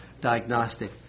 diagnostic